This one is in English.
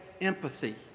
empathy